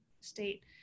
state